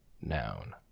Noun